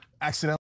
accidentally